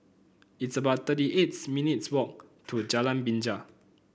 it's about thirty eights minutes' walk to Jalan Binja